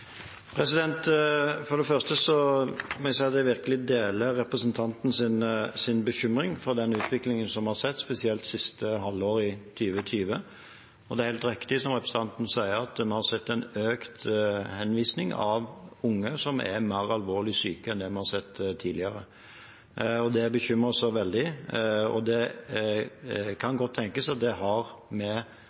For det første må jeg si at jeg virkelig deler representantens bekymring for den utviklingen vi har sett spesielt siste halvår 2020, og det er helt riktig som representanten sier, at vi her sett en økt henvisning av unge, som er mer alvorlig syke enn det man har sett tidligere. Det bekymrer oss veldig, og det kan godt tenkes at det har